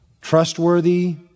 trustworthy